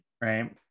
right